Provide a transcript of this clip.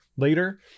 Later